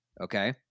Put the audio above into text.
Okay